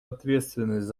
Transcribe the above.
ответственность